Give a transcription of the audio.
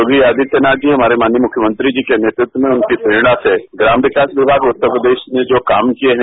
योगी आदित्यनाथ जी जो हमारे माननीय मुख्यमंत्री जी के नेतृत्व में उनकी प्रेरणा से ग्राम विकास विभाग उत्तर प्रदेश ने जो काम किये हैं